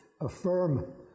affirm